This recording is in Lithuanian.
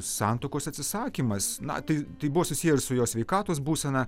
santuokos atsisakymas na tai tai buvo susiję ir su jo sveikatos būsena